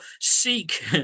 seek